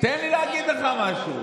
תן לי להגיד לך משהו.